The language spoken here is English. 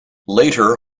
later